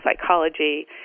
psychology